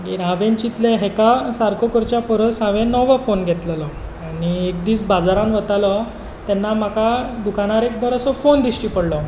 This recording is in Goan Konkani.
मागीर हांवें चिंतलें हाका सारको करच्या परस हांवें नोवो फोन घेतलेलो आनी एक दीस बाजारांत वतालो तेन्ना म्हाका दुकानार एक बरोसो फोन दिश्टी पडलो